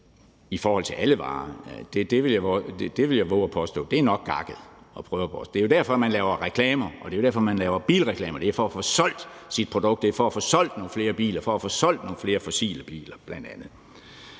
i forhold til alle varer, vil jeg vove at påstå nok er gakket. Det er jo derfor, man laver reklamer, og det er derfor, man laver bilreklamer, altså for at få solgt sit produkt, for at få solgt nogle flere biler, for at få solgt nogle flere fossile biler bl.a.